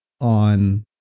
on